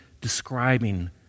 describing